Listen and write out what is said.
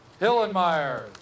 Hillenmeyer